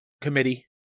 committee